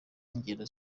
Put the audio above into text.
n’ingendo